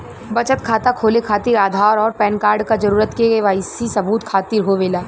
बचत खाता खोले खातिर आधार और पैनकार्ड क जरूरत के वाइ सी सबूत खातिर होवेला